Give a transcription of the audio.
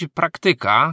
praktyka